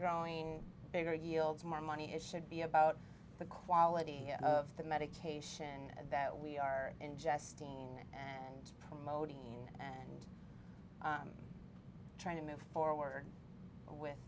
growing bigger yields more money it should be about the quality of the medication that we are ingesting and promoting and trying to move forward with